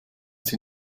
sie